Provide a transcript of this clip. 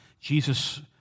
Jesus